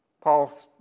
Paul